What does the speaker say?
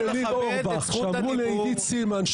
שאמרו לעידית סילמן,